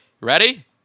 Ready